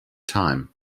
time